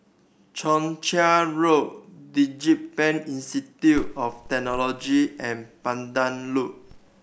Joo Chiat Road DigiPen Institute of Technology and Pandan Loop